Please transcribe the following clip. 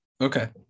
Okay